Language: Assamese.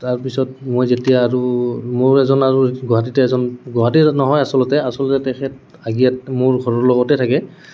তাৰপিছত মই যেতিয়া আৰু মোৰ এজন আৰু গুৱাহাটীতে এজন গুৱাহাটীৰ নহয় আচলতে আচলতে তেখেত আগিয়াত মোৰ ঘৰৰ লগতে থাকে